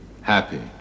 Happy